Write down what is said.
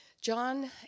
John